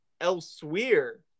Elsewhere